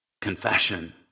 Confession